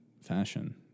fashion